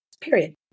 Period